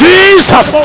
Jesus